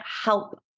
help